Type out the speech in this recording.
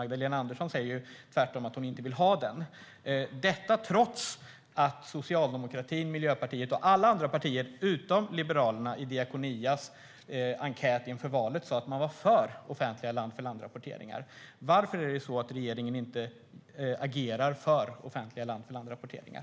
Magdalena Andersson säger ju tvärtom att hon inte vill ha den, trots att socialdemokratin, Miljöpartiet och alla andra partier utom Liberalerna i Diakonias enkät inför valet sa att man var för offentliga land-för-land-rapporteringar. Varför agerar regeringen inte för offentliga land-för-land-rapporteringar?